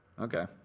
Okay